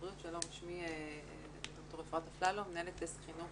שמי ד"ר אפרת אפללו, מנהלת דסק החינוך